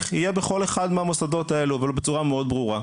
יהיה בכל אחד מהמוסדות האלה ובצורה מאוד ברורה.